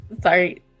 Sorry